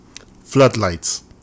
Floodlights